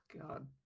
God